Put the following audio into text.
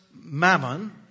mammon